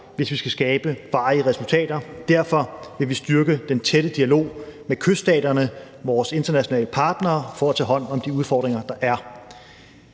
hvis vi skal skabe varige resultater. Derfor vil vi styrke den tætte dialog med kyststaterne, altså vores internationale partnere, for at tage hånd om de udfordringer, der er.